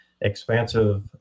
Expansive